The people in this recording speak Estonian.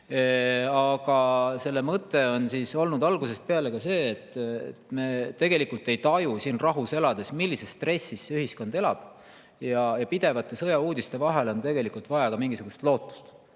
Aga selle mõte on olnud algusest peale ka see, et me tegelikult ei taju siin rahus elades, millises stressis sealne ühiskond elab. Pidevate sõjauudiste vahel on tegelikult vaja ka mingisugust lootust.